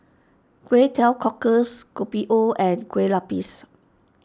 Kway Teow Cockles Kopi O and Kueh Lupis